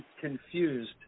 confused